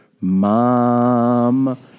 mom